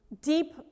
deep